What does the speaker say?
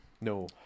No